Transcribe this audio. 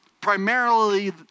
primarily